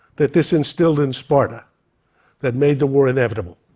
that this instilled in sparta that made the war inevitable.